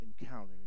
Encountering